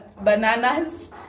Bananas